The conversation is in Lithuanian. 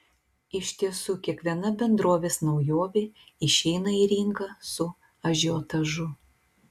iš tiesų kiekviena bendrovės naujovė išeina į rinką su ažiotažu